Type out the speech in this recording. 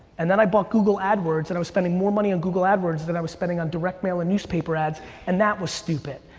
and then i bought google adwords and i was spending more money on google adwords than i was spending on direct mail and newspaper ads and that was stupid.